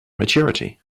maturity